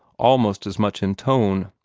almost as much in tone.